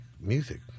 music